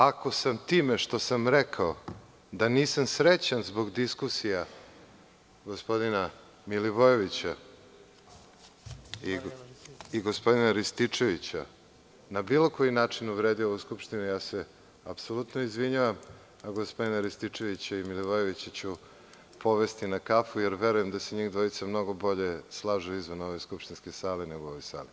Ako sam time, što sam rekao da nisam srećan zbog diskusija gospodina Milivojevića i gospodina Rističevića, na bilo koji način, uvredio ovu Skupštinu ja se apsolutno izvinjavam, a gospodina Rističevića i Milivojevića ću povesti na kafu, jer verujem da se njih dvojica mnogo bolje slažu izvan ove skupštinske sale nego u ovoj sali.